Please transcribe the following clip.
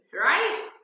right